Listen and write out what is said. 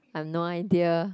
I have no idea